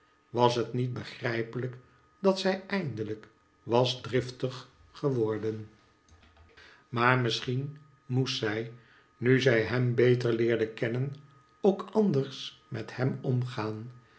was het niet begrijpelijk dat zij eindelijk was driftig geworden iviaar misscmen moesc zij nu zy nem betcr leerae kcnnen ook anders met hem omgaan